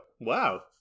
Wow